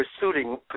pursuing